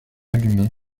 allumé